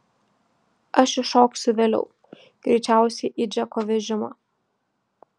aš įšoksiu vėliau greičiausiai į džeko vežimą